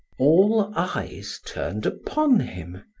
all eyes turned upon him.